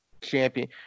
champion